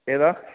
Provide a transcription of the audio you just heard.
ഏതാ